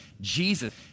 Jesus